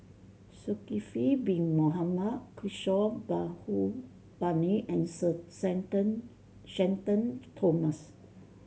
Sulkifli Bin Mohamed Kishore Mahbubani and Sir Shenton Thomas